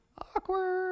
Awkward